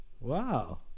wow